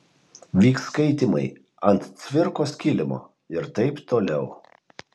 vyks skaitymai ant cvirkos kilimo ir taip toliau